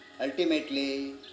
Ultimately